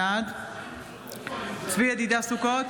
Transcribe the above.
בעד צבי ידידיה סוכות,